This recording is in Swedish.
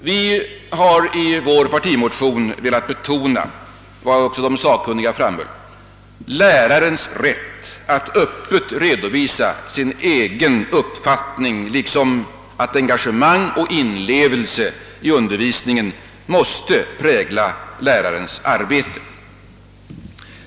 Vi har i vår partimotion velat betona vad också de sakkunniga framhöll, nämligen att läraren har rätt att öppet redovisa sin egen uppfattning och att engagemang och inlevelse måste prägla lärarens arbete.